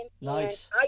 Nice